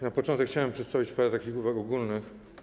Na początek chciałem przedstawić parę uwag ogólnych.